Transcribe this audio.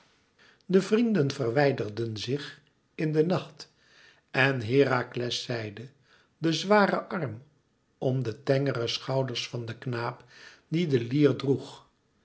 de vrienden verwijderden zich in de nacht en herakles zeide den zwaren arm om de tengere schouders van den knaap die de lier droeg